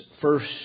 first